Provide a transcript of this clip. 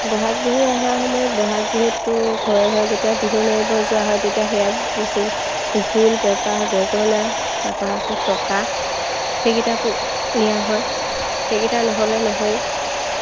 ব'হাগ বিহু অহাৰ সময়ত ব'হাগ বিহুতো ঘৰে ঘৰে যেতিয়া বিহু মাৰিব যোৱা হয় তেতিয়া সেয়া সেই ঢোল পেঁপা গগনা তাৰপৰা আকৌ টকা সেইকেইটাও নিয়া হয় সেইকেইটা নহ'লে নহয়েই